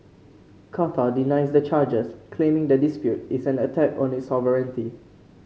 Qatar denies the charges claiming the dispute is an attack on its sovereignty